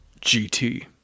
GT